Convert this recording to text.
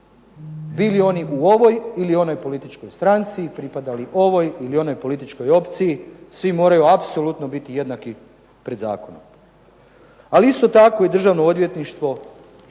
Bili oni u ovoj ili onoj političkoj stranci, pripadali ovoj ili onoj političkoj opciji, svi moraju apsolutno biti jednaki pred zakonom. Ali isto tako i Državno odvjetništvo i svi